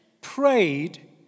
prayed